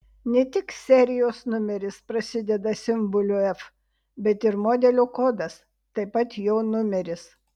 ne tik serijos numeris prasideda simboliu f bet ir modelio kodas taip pat jo numeris